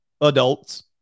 adults